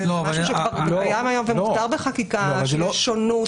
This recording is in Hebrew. זה קיים היום ומותר בחקיקה כאשר יש שונות.